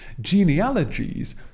Genealogies